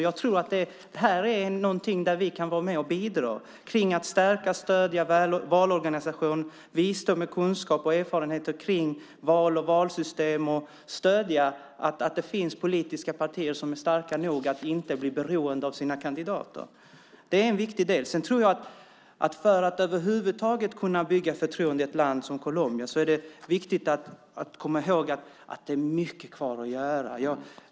Jag tror att vi kan bidra genom att stärka och stödja valorganisationen, bistå med kunskap och erfarenheter om val och valsystem samt stödja politiska partier så att de blir starka nog att inte bli beroende av sina kandidater. Det är en viktig del i det hela. För att över huvud taget kunna bygga upp ett förtroende i ett land som Colombia är det viktigt att komma ihåg att mycket återstår att göra.